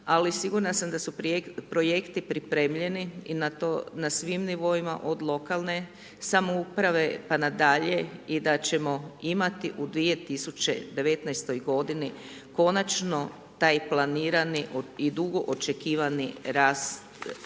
Ali, sigurna sam da su projekti pripremljeni na svim nivoima, od lokalne samouprave pa nadalje i da ćemo imati u 2019. g. konačno taj planirani i dugo očekivani rast